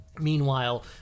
Meanwhile